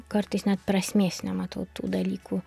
kartais net prasmės nematau tų dalykų